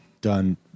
done